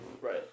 Right